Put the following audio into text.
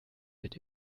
wird